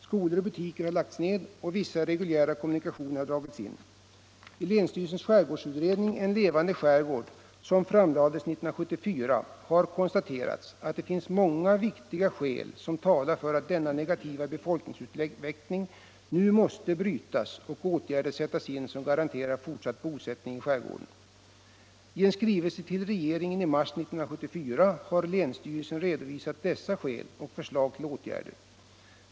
Skolor och butiker har lagts ned, och vissa reguljära kommunikationer har dragits in. I länsstyrelsens skärgårdsutredning, En levande skärgård, som lades fram 1974, har konstaterats att det finns många viktiga skäl som talar för att denna negativa befolkningsutveckling nu måste brytas och åtgärder sättas in som garanterar fortsatt bosättning i skärgården. I en skrivelse till regeringen i mars 1974 har länsstyrelsen redovisat dessa skäl och förslag till åtgärder.